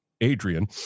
Adrian